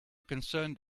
concerned